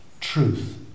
truth